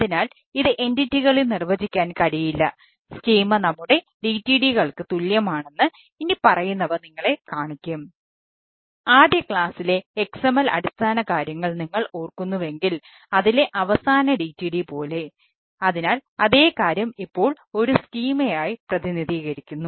അതിനാൽ ഇത് എന്റിറ്റികളിൽ പ്രതിനിധീകരിക്കുന്നു